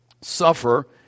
suffer